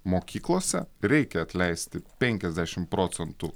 mokyklose reikia atleisti penkiasdešim procentų